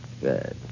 Good